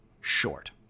short